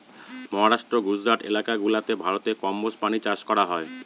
মহারাষ্ট্র, গুজরাট এলাকা গুলাতে ভারতে কম্বোজ প্রাণী চাষ করা হয়